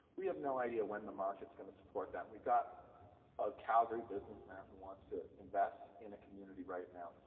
we have no idea when the market is going to support that. we have a calgary businessman who wants to invest in a community right now.